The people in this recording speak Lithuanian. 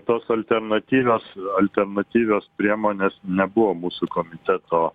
tos alternatyvios alternatyvios priemonės nebuvo mūsų komiteto